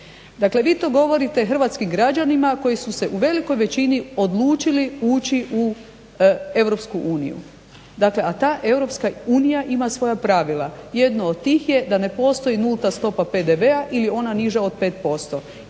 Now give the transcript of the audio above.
Dakle vi to govorite hrvatskim građanima koji su se u velikoj većini odlučili ući u Europsku uniju, a ta Europska unija ima svoja pravila. Jedno od tih je da ne postoji nulta stopa PDV-a ili ona niža od 5%.